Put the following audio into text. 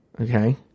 Okay